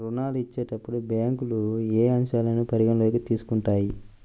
ఋణాలు ఇచ్చేటప్పుడు బ్యాంకులు ఏ అంశాలను పరిగణలోకి తీసుకుంటాయి?